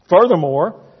Furthermore